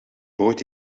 both